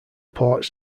ports